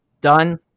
done